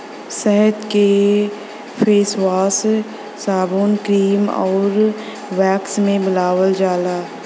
शहद के फेसवाश, साबुन, क्रीम आउर वैक्स में मिलावल जाला